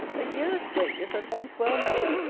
a year's wages at once well nigh!